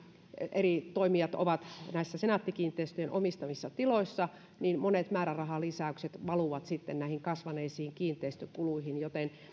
eri toimijat ovat senaatti kiinteistöjen omistamissa tiloissa monet määrärahalisäykset valuvat sitten kasvaneisiin kiinteistökuluihin joten